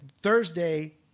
Thursday